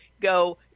go